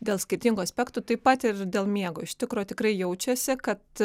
dėl skirtingų aspektų taip pat ir dėl miego iš tikro tikrai jaučiasi kad